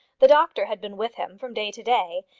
the doctor had been with him from day to day,